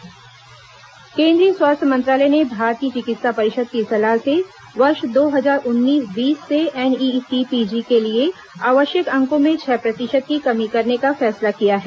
स्वास्थ्य मंत्रालय NEET PG केंद्रीय स्वास्थ्य मंत्रालय ने भारतीय चिकित्सा परिषद की सलाह से वर्ष दो हजार उन्नीस बीस से एनईईटी पीजी के लिए आवश्यक अंकों में छह प्रतिशत की कमी करने का फैसला किया है